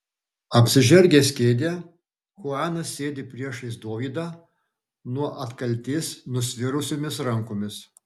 apsižergęs kėdę chuanas sėdi priešais dovydą nuo atkaltės nusvirusiomis rankomis